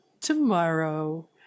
tomorrow